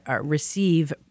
receive